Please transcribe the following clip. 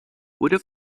would